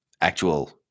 actual